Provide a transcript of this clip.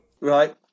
Right